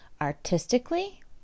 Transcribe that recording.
artistically